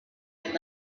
had